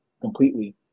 completely